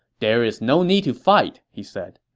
there is no need to fight, he said.